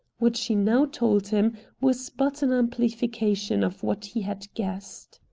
what she now told him was but an amplification of what he had guessed.